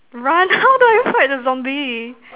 run how do I fight the zombie